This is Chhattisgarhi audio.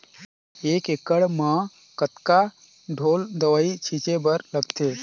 एक एकड़ म कतका ढोल दवई छीचे बर लगथे?